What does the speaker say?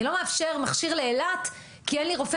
אני לא מאפשר מכשיר לאילת כי אין לי רופא